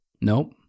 nope